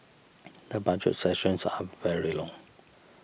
the Budget sessions are very long